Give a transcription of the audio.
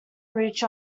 reach